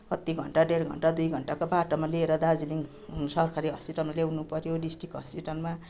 कत्ति घन्टा डेढ घन्टा दुई घन्टाको बाटोमा लिएर दार्जिलिङ सरकारी हस्पिटलमा ल्याउनुपऱ्यो डिस्ट्रिक हस्पिटलमा